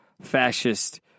fascist